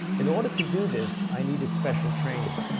in order to do this, i needed special training.